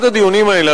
אחד הדיונים האלה,